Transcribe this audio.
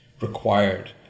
required